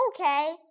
Okay